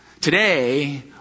Today